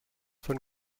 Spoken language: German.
von